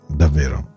davvero